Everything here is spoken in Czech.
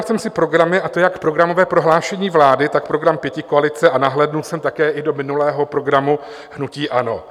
Srovnal jsem si programy, a to jak programové prohlášení vlády, tak program pětikoalice, a nahlédl jsem také do minulého programu hnutí ANO.